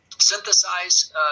synthesize